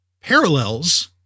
parallels